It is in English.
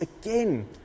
again